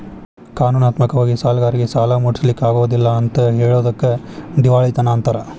ಕಾನೂನಾತ್ಮಕ ವಾಗಿ ಸಾಲ್ಗಾರ್ರೇಗೆ ಸಾಲಾ ಮುಟ್ಟ್ಸ್ಲಿಕ್ಕಗೊದಿಲ್ಲಾ ಅಂತ್ ಹೆಳೊದಕ್ಕ ದಿವಾಳಿತನ ಅಂತಾರ